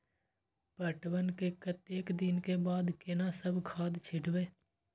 पटवन के कतेक दिन के बाद केना सब खाद छिटबै?